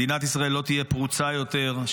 מדינת ישראל לא תהיה פרוצה יותר,